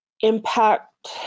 impact